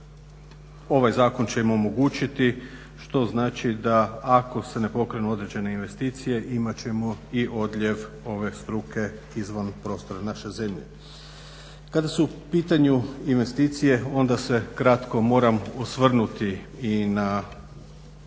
ovaj zakon će im omogućiti što znači da ako se ne pokrenu određene investicije imat ćemo i odljev ove struke izvan prostora naše zemlje. Kada su u pitanju investicije onda se kratko moram osvrnuti i na